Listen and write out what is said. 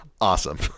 awesome